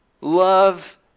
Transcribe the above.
love